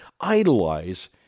idolize